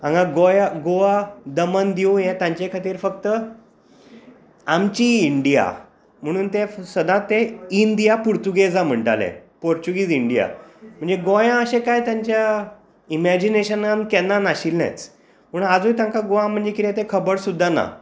हांगां गोंया गोवा दमन दीव हें तांचे खातीर फक्त आमची इंडिया म्हणून ते सदांच ते इंडिया पुर्तुगेजा म्हणटाले पुर्तुगीज इंडिया म्हणजें गोंया अशें काय तेंच्या इमेजीनेशनांत केन्ना नाशिल्लें म्हण आजूय तेंका गोवा म्हणजे कितें खबर सुद्दां ना